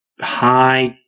high